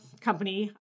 Company